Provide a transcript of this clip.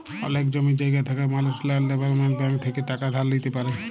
অলেক জমি জায়গা থাকা মালুস ল্যাল্ড ডেভেলপ্মেল্ট ব্যাংক থ্যাইকে টাকা ধার লিইতে পারি